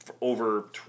over